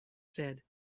said